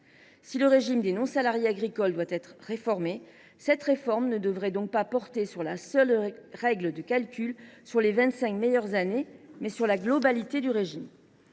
Si le régime des non salariés agricoles doit être réformé, cette réforme ne devrait donc pas porter sur la seule règle de calcul sur les vingt cinq meilleures années, mais sur la globalité du régime.